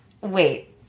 wait